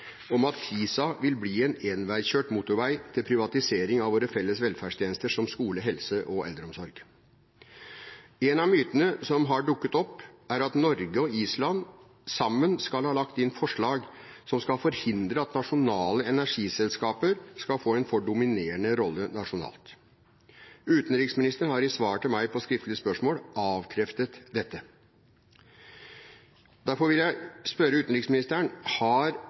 om at TISA vil bli en enveiskjørt motorvei til privatisering av våre felles velferdstjenester som skole, helse og eldreomsorg. En av mytene som har dukket opp, er at Norge og Island sammen skal ha lagt inn forslag som skal forhindre at nasjonale energiselskaper skal få en for dominerende rolle nasjonalt. Utenriksministeren har i svar til meg på skriftlig spørsmål avkreftet dette. Derfor vil jeg spørre utenriksministeren: Har